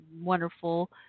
wonderful